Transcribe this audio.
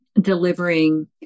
delivering